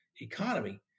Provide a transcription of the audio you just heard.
economy